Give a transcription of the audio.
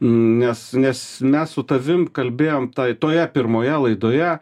nes nes mes su tavim kalbėjom tai toje pirmoje laidoje